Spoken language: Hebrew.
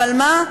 אבל מה?